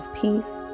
peace